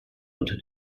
unter